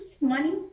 money